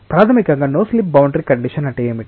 కాబట్టి ప్రాథమికంగా no slip boundary condition అంటే ఏమిటి